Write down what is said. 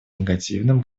негативным